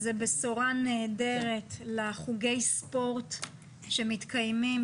זו בשורה נהדרת לחוגי ספורט שמתקיימים,